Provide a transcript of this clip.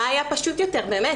מה היה פשוט יותר באמת?